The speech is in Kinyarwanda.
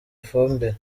ifumbire